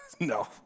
No